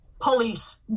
police